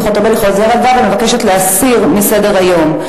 חוטובלי חוזרת בה ומבקשת להסיר מסדר-היום.